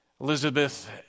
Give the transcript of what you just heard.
Elizabeth